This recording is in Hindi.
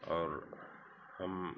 और हम